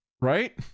Right